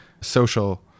social